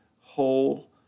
whole